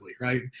right